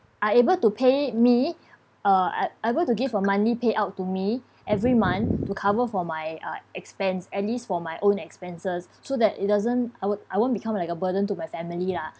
are able to pay me uh uh able to give a monthly pay out to me every month to cover for my uh expense at least for my own expenses so that it doesn't I won't I won't become like a burden to my family lah